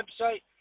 website